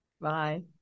Bye